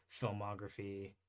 filmography